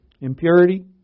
Impurity